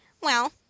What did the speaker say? Well